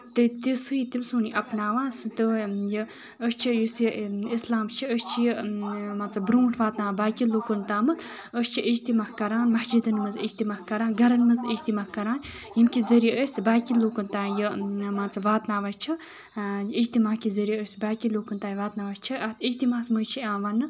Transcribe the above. تہٕ سُے تٔمۍ سُندُے اَپناوان أسۍ چھِ یُس یہِ اِسلام چھُ أسۍ چھِ یہِ مان ژٕ برونٹھ واتناوان باقین لُکن تامَتھ أسۍ چھِ اِجتِما کران مسجِدن منٛز اِجتما کران گرن منٛز اِجتِما کران ییٚمہِ کہِ ذٔریعہٕ أسۍ باقین لُکن تام یہِ مان ژٕ واتناوان چھِ اِجتِما کہِ ذٔریعہٕ باقین لوٗکن تام واتناوان چھِ اَتھ اِجتِماہس منٛز چھ یِوان وَننہٕ